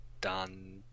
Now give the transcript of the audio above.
done